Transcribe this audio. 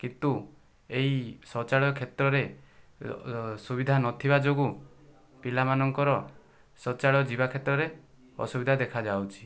କିନ୍ତୁ ଏହି ଶୌଚାଳୟ କ୍ଷେତ୍ରରେ ସୁବିଧା ନଥିବା ଯୋଗୁଁ ପିଲାମାନଙ୍କର ଶୌଚାଳୟ ଯିବା କ୍ଷେତ୍ରରେ ଅସୁବିଧା ଦେଖାଯାଉଛି